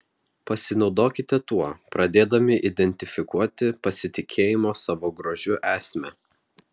pasinaudokite tuo pradėdami identifikuoti pasitikėjimo savo grožiu esmę